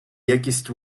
якість